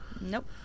nope